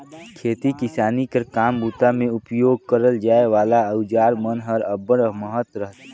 खेती किसानी कर काम बूता मे उपियोग करल जाए वाला अउजार मन कर अब्बड़ महत अहे